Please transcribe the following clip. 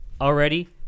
already